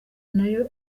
nayo